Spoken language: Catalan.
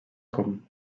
com